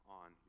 on